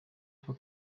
for